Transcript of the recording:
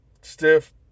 Stiff